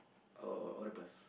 oh octopus